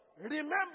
Remember